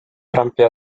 trumpi